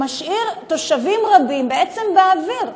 ומשאיר תושבים רבים בעצם באוויר.